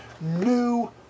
new